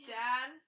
dad